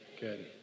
Good